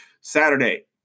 Saturday